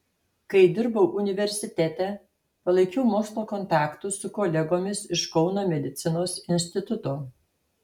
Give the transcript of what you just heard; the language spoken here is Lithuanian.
kai dirbau universitete palaikiau mokslo kontaktus su kolegomis iš kauno medicinos instituto